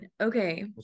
Okay